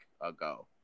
ago